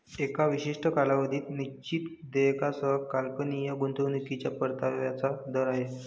एका विशिष्ट कालावधीत निश्चित देयकासह काल्पनिक गुंतवणूकीच्या परताव्याचा दर आहे